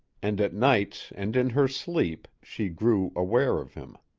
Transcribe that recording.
and at nights and in her sleep she grew aware of him.